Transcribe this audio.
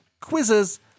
quizzes